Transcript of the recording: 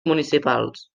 municipals